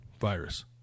virus